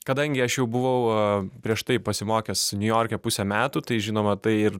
kadangi aš jau buvo prieš tai pasimokęs niujorke pusę metų tai žinoma tai ir